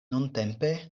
nuntempe